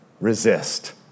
resist